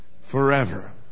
forever